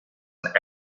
and